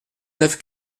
neuf